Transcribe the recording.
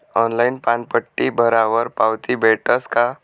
Online पानपट्टी भरावर पावती भेटस का?